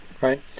right